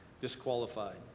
disqualified